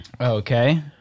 Okay